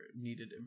needed